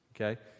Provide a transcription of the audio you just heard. Okay